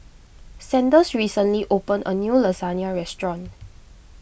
Sanders recently opened a new Lasagne restaurant